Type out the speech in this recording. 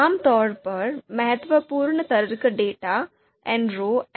आमतौर पर महत्वपूर्ण तर्क डेटा 'nrow' और 'ncol हैं